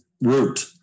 route